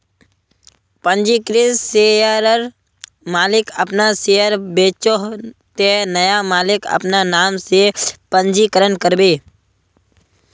पंजीकृत शेयरर मालिक अपना शेयर बेचोह ते नया मालिक अपना नाम से पंजीकरण करबे